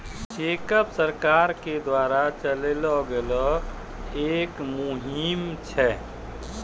catch corp सरकार के द्वारा चलैलो गेलो एक मुहिम छै